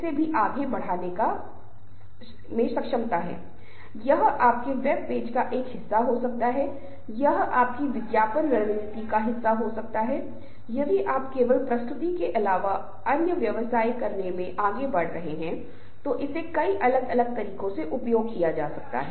इसका मतलब है लोगों को प्राप्त करने के लिए एक सामान्य लक्ष्य है और उन्हें कार्य सौंपा गया है हो सकता है कि एक या दो लोगों के पास प्रदर्शन करने के लिए एक विशेष कार्य हो दूसरों के पास प्रदर्शन करने के लिए कुछ अन्य चीजें हों